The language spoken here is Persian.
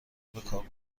بکار